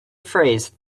phrase